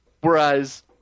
Whereas